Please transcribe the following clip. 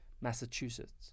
Massachusetts